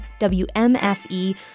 WMFE